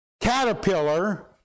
caterpillar